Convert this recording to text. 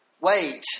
Wait